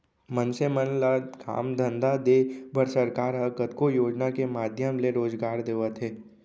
मनसे मन ल काम धंधा देय बर सरकार ह कतको योजना के माधियम ले रोजगार देवत हे